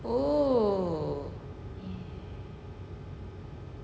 oh